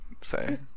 say